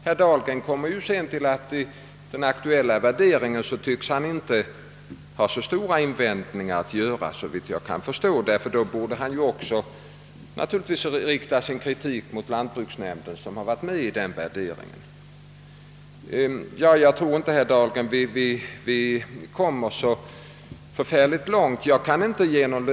Herr Dahlgren tycks inte ha så stora invändningar att göra mot den aktuella värderingen, ty i så fall borde han också ha riktat sin kritik mot lantbruksnämnden, som medverkade vid denna värdering. Jag tror inte att vi kommer så långt i denna debatt.